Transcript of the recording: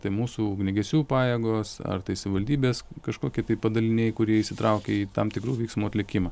tai mūsų ugniagesių pajėgos ar tai savivaldybės kažkokie tai padaliniai kurie įsitraukia į tam tikrų veiksmų atlikimą